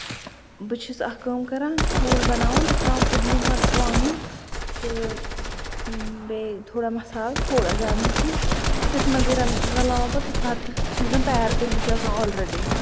بہٕ چھس اکھ کٲم کران ٹھوٗل بَناوان تَتھ تراوان پٔدنہٕ مَرژٕ وانگُن تہٕ بیٚیہِ تھوڑا مَسالہٕ تھوڑا زیادٕ نہٕ کیٚنہہ تٔتھۍ منٛزٕے رَلاوان پَتہٕ بَتہٕ یُس زَن تَیار کوٚرمُت چھُ آسان اولرٮ۪ڈی